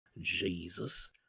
Jesus